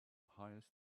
highest